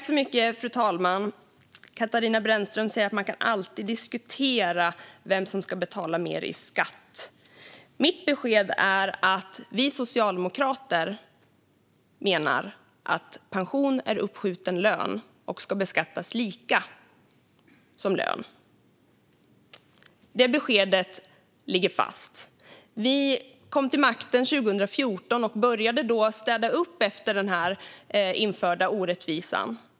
Fru talman! Katarina Brännström säger att man alltid kan diskutera vem som ska betala mer i skatt. Vi socialdemokrater menar att pension är uppskjuten lön och ska beskattas lika som lön. Det beskedet ligger fast. Vi kom till makten 2014 och började då städa upp efter den införda orättvisan.